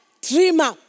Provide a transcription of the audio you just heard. dreamer